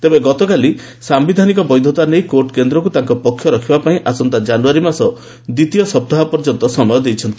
ତେବେ ଗତକାଲି ସାୟିଧାନିକ ବୈଧତା ନେଇ କୋର୍ଟ୍ କେନ୍ଦ୍ରକୁ ତାଙ୍କ ପକ୍ଷ ରଖିବା ପାଇଁ ଆସନ୍ତା ଜାନୁଆରୀ ମାସ ଦ୍ୱିତୀୟ ସପ୍ତାହ ପର୍ଯ୍ୟନ୍ତ ସମୟ ଦେଇଛନ୍ତି